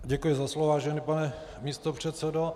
Děkuji za slovo, vážený pane místopředsedo.